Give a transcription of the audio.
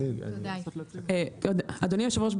אדוני היושב-ראש,